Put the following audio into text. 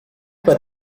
that